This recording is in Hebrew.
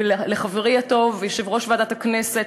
ולחברי הטוב יושב-ראש ועדת הכנסת,